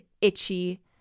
itchy